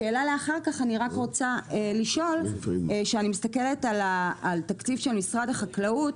שאלה לאחר כך כשאני מסתכלת על תקציב משרד החקלאות,